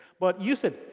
but use it.